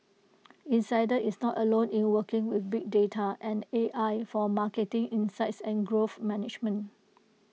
insider is not alone in working with big data and A I for marketing insights and growth management